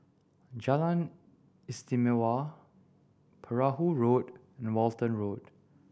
Jalan Istimewa Perahu Road and Walton Road